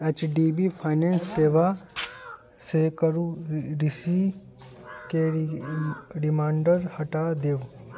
H D B finance सेवासे करू ऋषिके रिमाण्डर हटा देउ